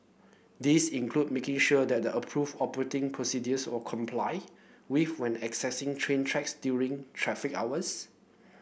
these include making sure that approved operating procedures were complied with when accessing train tracks during traffic hours